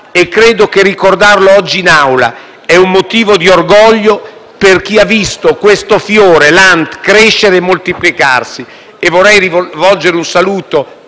e credo che ricordarlo oggi in Aula sia motivo di orgoglio, per chi ha visto questo fiore, l'ANT, crescere e moltiplicarsi. Vorrei rivolgere un saluto